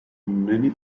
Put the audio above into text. many